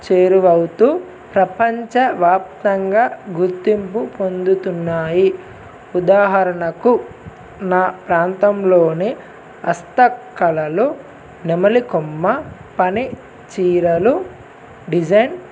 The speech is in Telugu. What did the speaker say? చేరువవుతూ ప్రపంచ వ్యాప్తంగా గుర్తింపు పొందుతున్నాయి ఉదాహరణకు నా ప్రాంతంలోని హస్త కళలు నెమలికొమ్మ పని చీరలు డిజైన్